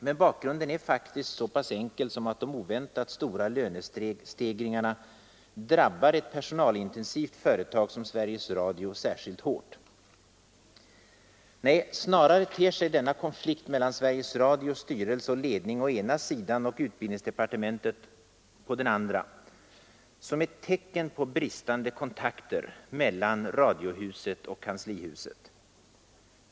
Men bakgrunden är faktiskt så pass enkel som att de oväntat stora lönestegringarna drabbar ett personalintensivt företag som Sveriges Radio särskilt hårt. Nej, snarare ter sig denna konflikt mellan Sveriges Radios styrelse och ledning å ena sidan och utbildningsdepartementet å den andra som ett tecken på bristande kontakter mellan radiohuset och kanslihuset.